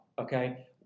Okay